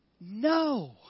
no